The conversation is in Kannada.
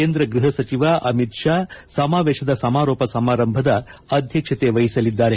ಕೇಂದ್ರ ಗೃಹ ಸಚಿವ ಅಮಿತ್ ಶಾ ಸಮಾವೇಶದ ಸಮಾರೋಪ ಸಮಾರಂಭದ ಅಧ್ಯಕ್ಷತೆ ವಹಿಸಲಿದ್ದಾರೆ